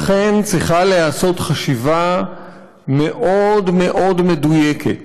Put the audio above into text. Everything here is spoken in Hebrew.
לכן צריכה להיעשות חשיבה מאוד מדויקת